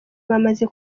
bamaze